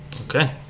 Okay